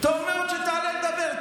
טוב מאוד שתעלה לדבר.